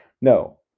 No